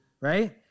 Right